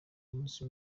umunsi